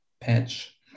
patch